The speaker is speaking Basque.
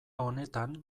honetan